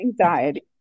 anxiety